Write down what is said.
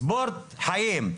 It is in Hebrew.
ספורט חיים.